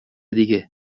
دیگه